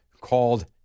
called